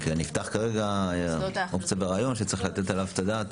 כי נפתח כרגע רעיון שצריך לתת עליו את הדעת.